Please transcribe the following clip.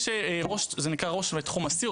יש בשב"ס מה שנקרא ראש תחום אסיר,